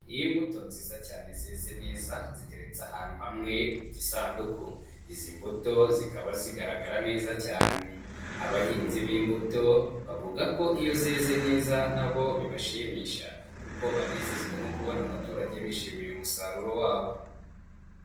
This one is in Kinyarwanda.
Ni mbuto nziza cyane zeze neza ziteretse ahantu hamwe mu gisanduku, izi mbuto zikaba zigaragara neza cyane, abahinzi b'imbuto bavuga ko iyo zeze neza nabo bibashimisha kuko banezezwa no kubona abaturage bishimiye umusaruro wabo.